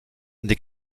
des